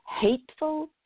hateful